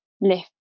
lift